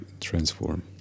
transform